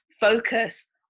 focus